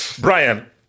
Brian